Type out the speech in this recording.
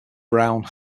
brown